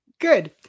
Good